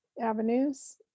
avenues